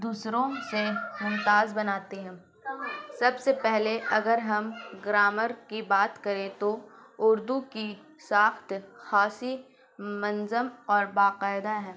دوسروں سے ممتاز بناتے ہیں سب سے پہلے اگر ہم گرامر کی بات کریں تو اردو کی ساخت خاصی منظم اور باقاعدہ ہے